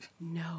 No